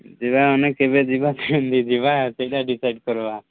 ଯିବା ଆମେ କେବେ ଯିବା କେମତି ଯିବା ସେଇଟା ଡିସାଇଡ୍ କରିବା